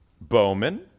Bowman